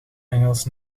engels